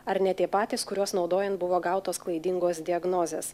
ar ne tie patys kuriuos naudojant buvo gautos klaidingos diagnozės